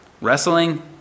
wrestling